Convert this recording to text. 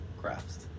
crafts